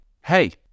Hey